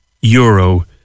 euro